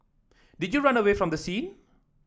did you run away from the scene